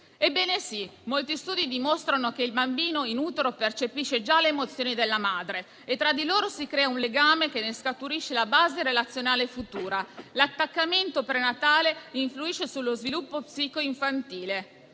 Ebbene sì, molti studi dimostrano che il bambino in utero percepisce già le emozioni della madre e tra di loro si crea un legame da cui scaturisce la base relazionale futura. L'attaccamento prenatale influisce sullo sviluppo psico-infantile.